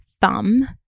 thumb